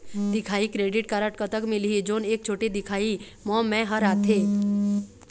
दिखाही credit card कतक मिलही जोन एक छोटे दिखाही म मैं हर आथे?